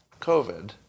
COVID